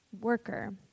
Worker